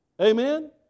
amen